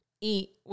eat